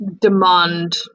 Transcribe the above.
Demand